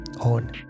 on